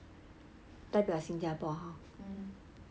代表新加坡 hor